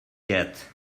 yet